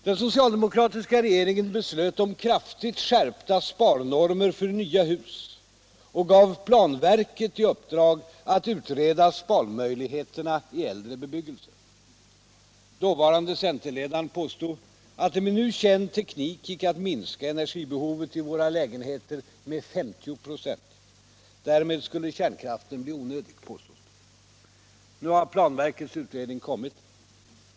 Den socialdemokratiska regeringen beslöt om kraftigt skärpta sparnormer för nya hus och gav planverket i uppdrag att utreda sparmöjligheterna i äldre bebyggelse. Dåvarande centerledaren påstod att det med nu känd teknik gick att minska energibehovet i våra lägenheter med 50 96. Därmed skulle, menade han, kärnkraften bli onödig. Nu har planverkets utredning kommit.